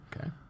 Okay